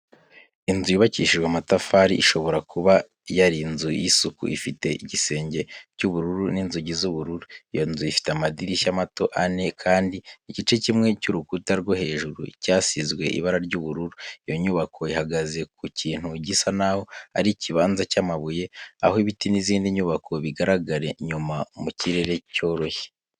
Inzu yubakishijwe amatafari, ishobora kuba yari inzu y'isuku. Ifite igisenge cy'ubururu n'inzugi z'ubururu. Iyo nzu ifite amadirishya mato ane, kandi igice kimwe cy'urukuta rwo hejuru cyasizwe ibara ry'ubururu. Iyo nyubako ihagaze ku kintu gisa n'aho ari ikibanza cy'amabuye, aho ibiti n'izindi nyubako bigaragara inyuma mu kirere cyoroshye.